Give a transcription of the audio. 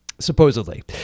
Supposedly